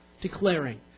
declaring